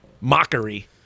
mockery